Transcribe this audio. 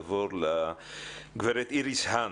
אני רוצה לעבור לגברת איריס האן,